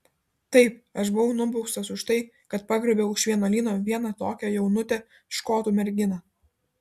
taip aš buvau nubaustas už tai kad pagrobiau iš vienuolyno vieną tokią jaunutę škotų merginą